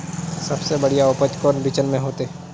सबसे बढ़िया उपज कौन बिचन में होते?